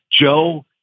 Joe